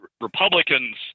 Republicans